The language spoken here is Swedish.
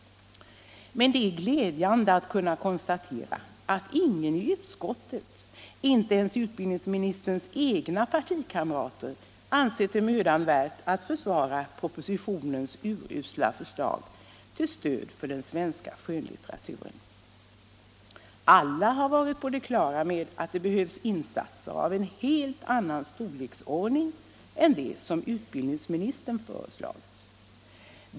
Men det är glädjande att kunna konstatera att ingen i utskottet, inte ens utbildningsministerns egna partikamrater, ansett det mödan värt att försvara propositionens urusla förslag till stöd för den svenska skönlitteraturen. Alla har varit på det klara med att det behövs insatser av en helt annan storleksordning än de som utbildningsministern föreslagit.